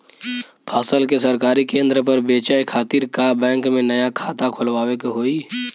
फसल के सरकारी केंद्र पर बेचय खातिर का बैंक में नया खाता खोलवावे के होई?